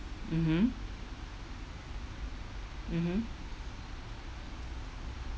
mmhmm mmhmm